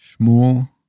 Shmuel